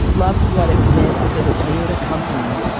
loves what it meant to the toyota company.